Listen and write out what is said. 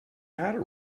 matter